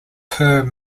per